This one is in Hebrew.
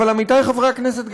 אבל עמיתי חברי הכנסת,